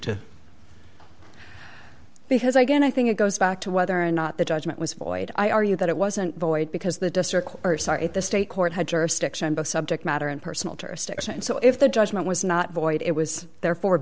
to because i get i think it goes back to whether or not the judgment was void i argue that it wasn't void because the district or sorry the state court had jurisdiction both subject matter and personal jurisdiction so if the judgment was not void it was there for